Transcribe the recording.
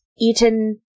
eaten